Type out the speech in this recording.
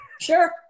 Sure